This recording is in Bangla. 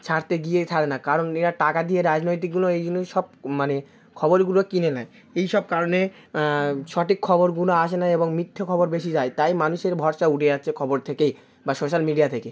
ছাড়তে গিয়ে ছাড়ে না কারণ এরা টাকা দিয়ে রাজনৈতিকগুলো এইগুলোই সব মানে খবরগুলো কিনে নেয় এইসব কারণে সঠিক খবরগুনো আসে না এবং মিথ্যে খবর বেশি যায় তাই মানুষের ভরসা উঠে যাচ্ছে খবর থেকে বা সোশ্যাল মিডিয়া থেকে